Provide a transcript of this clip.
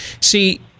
See